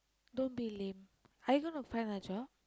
don't be lame are you going to find a job